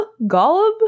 Golub